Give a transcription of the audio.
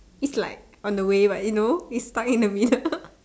is like on the way but you know it's like stuck in the middle